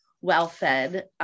well-fed